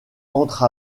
entre